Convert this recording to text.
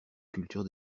culture